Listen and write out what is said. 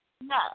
No